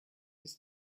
his